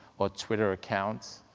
or twitter account